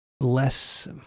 less